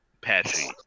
patchy